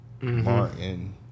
Martin